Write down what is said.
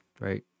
right